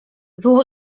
było